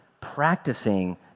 practicing